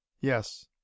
Yes